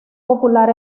popular